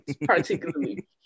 particularly